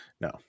No